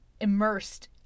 immersed